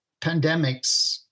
pandemics